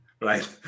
right